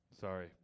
Sorry